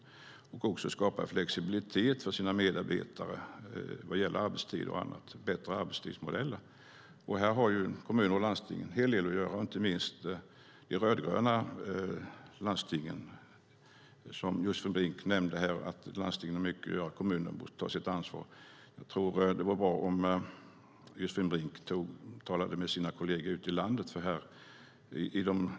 De måste också skapa flexibilitet för sina medarbetare när det gäller arbetstider och bättre arbetstidsmodeller. Här har kommuner och landsting en hel del att göra, och det gäller inte minst de rödgröna landstingen. Josefin Brink nämnde att landstingen har mycket att göra och att kommunerna borde ta sitt ansvar. Jag tror att det vore bra om Josefin Brink talade med sina kolleger ute i landet.